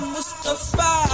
Mustafa